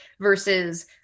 versus